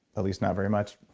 at least not very much,